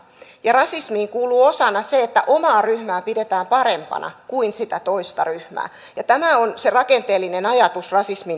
ja rasismiin kuuluu osana se että omaa ryhmää pidetään parempana kuin sitä toista ryhmää ja tämä on se rakenteellinen ajatus rasismin takana